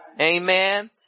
Amen